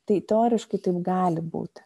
tai teoriškai taip gali būt